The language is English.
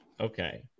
Okay